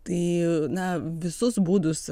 tai na visus būdus